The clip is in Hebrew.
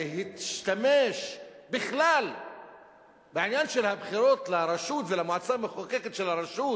להשתמש בכלל בעניין של הבחירות לרשות ולמועצה המחוקקת של הרשות